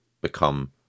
become